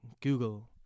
Google